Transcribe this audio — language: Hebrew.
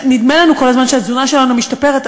נדמה לנו כל הזמן שהתזונה שלנו משתפרת,